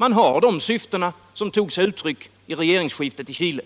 Man har de syften som tog sig uttryck i regeringsskiftet i Chile